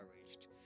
encouraged